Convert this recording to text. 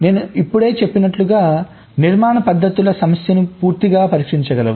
నేను ఇప్పుడే చెప్పినట్లుగా నిర్మాణ పద్ధతులు సమస్యను పూర్తిగా పరిష్కరించగలవు